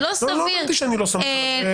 שלא סביר --- לא אמרתי שאני לא סומך עליו.